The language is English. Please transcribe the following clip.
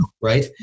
right